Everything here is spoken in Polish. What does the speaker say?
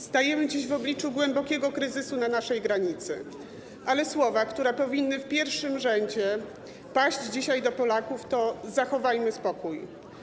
Stajemy dziś w obliczu głębokiego kryzysu na naszej granicy, ale słowa, które powinny w pierwszym rzędzie paść dzisiaj do Polaków to: zachowajmy spokój.